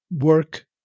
work